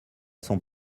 son